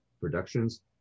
productions